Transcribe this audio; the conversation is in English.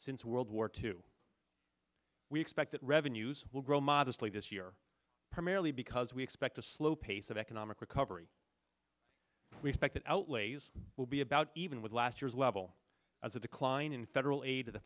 since world war two we expect that revenues will grow modestly this year primarily because we expect a slow pace of economic recovery respect that outlays will be about even with last year's level a decline in federal aid t